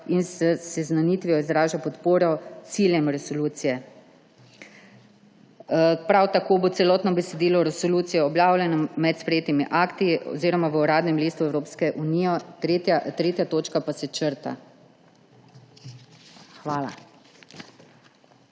in s seznanitvijo izraža podporo ciljem resolucije. Prav tako bo celotno besedilo resolucije objavljeno med sprejetimi akti oziroma v Uradnem listu Evropske unije, III. točka pa se črta. Hvala.